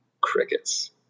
Crickets